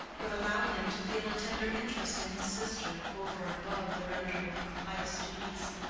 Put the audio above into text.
would allow him to feel a tender interest in his sister over and above the rendering of pious duties.